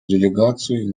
делегации